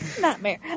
Nightmare